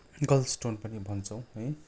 गल स्टोन पनि भन्छौँ है